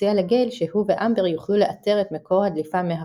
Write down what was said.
ומציע לגייל שהוא ואמבר יוכלו לאתר את מקור הדליפה מהחנות.